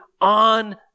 on